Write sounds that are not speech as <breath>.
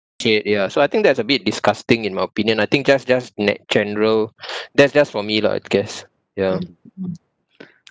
appreciate ya so I think that's a bit disgusting in my opinion I think just just ne~ general <breath> that's just for me lah I guess ya